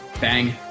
Bang